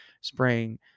spraying